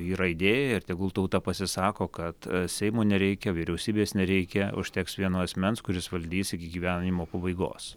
yra idėja ir tegul tauta pasisako kad seimo nereikia vyriausybės nereikia užteks vieno asmens kuris valdys iki gyvenimo pabaigos